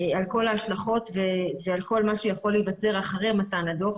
על כל ההשלכות ועל כל מה שיכול להיווצר אחרי מתן הדוח,